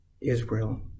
Israel